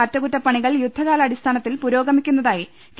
അറ്റ കുറ്റപ്പണികൾ യുദ്ധകാലടിസ്ഥാനത്തിൽ പുരോഗമിക്കുന്നതായി കെ